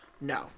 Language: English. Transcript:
no